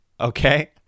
okay